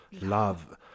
love